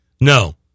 no